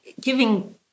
giving